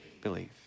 Believe